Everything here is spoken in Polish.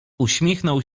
uśmiechnął